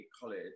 college